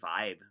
vibe